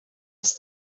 his